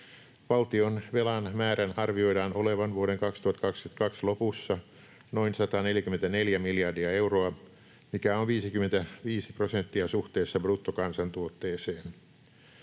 Valtion velan määrän arvioidaan olevan vuoden 2022 lopussa noin 144 miljardia euroa, mikä on 55 prosenttia suhteessa bruttokansantuotteeseen.